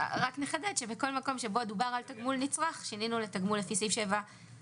נחדד שבכל מקום שבו דובר על "תגמול נצרך" שינינו ל"תגמול לפי סעיף 7",